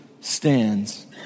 stands